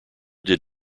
did